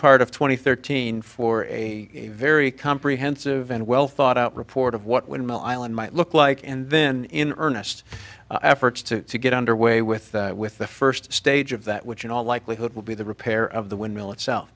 and thirteen for a very comprehensive and well thought out report of what windmill island might look like and then in earnest efforts to get underway with with the first stage of that which in all likelihood will be the repair of the windmill itself